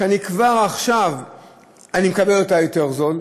שכבר עכשיו אני מקבל אותה יותר בזול,